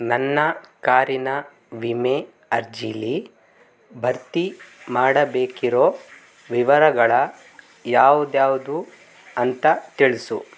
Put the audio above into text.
ನನ್ನ ಕಾರಿನ ವಿಮೆ ಅರ್ಜಿಲಿ ಭರ್ತಿ ಮಾಡಬೇಕಿರೊ ವಿವರಗಳ ಯಾವ್ದು ಯಾವುದು ಅಂತ ತಿಳಿಸು